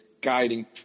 guiding